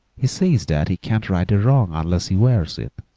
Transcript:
he says that he can't right the wrong unless he wears it,